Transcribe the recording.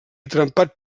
trempat